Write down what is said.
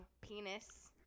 penis